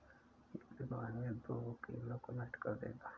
गिद्ध को आने दो, वो कीड़ों को नष्ट कर देगा